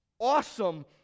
awesome